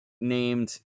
named